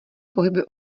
pohyby